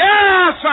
Yes